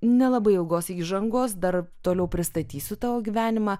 nelabai ilgos įžangos dar toliau pristatysiu tavo gyvenimą